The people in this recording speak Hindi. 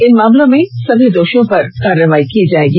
इन मामलों में सभी दोषियों पर कार्रवाई की जायेगी